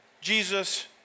Jesus